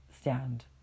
stand